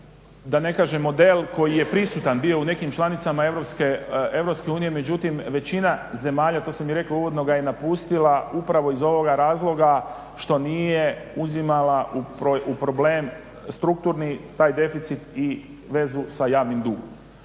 da ne kažem model koji je prisutan bio u nekim članicama Europske unije, međutim većina zemalja to sam i rekao uvodno, ga je napustila upravo iz ovoga razloga što nije uzimala u problem strukturni taj deficit i vezu sa javnim dugom.